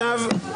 תודה רבה.